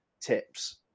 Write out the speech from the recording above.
tips